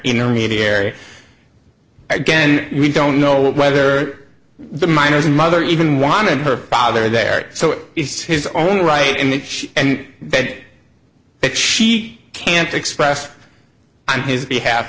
intermediary again we don't know whether the minors mother even wanting her father there so it's his own right and she and it that she can't express on his behalf